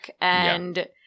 and-